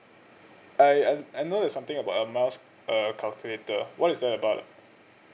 I I I know there's something about air miles err calculator what is that about lah